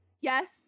yes